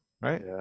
right